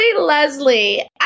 Leslie